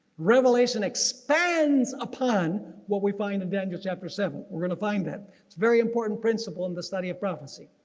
revelation expands upon what we find in daniel chapter seven we're going to find that very important principle in the study of prophecy.